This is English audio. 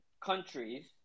countries